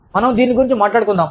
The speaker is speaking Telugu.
మనం దీని గురించి మాట్లాడుకుందాం